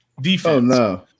defense